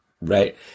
right